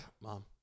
Mom